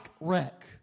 wreck